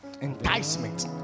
enticement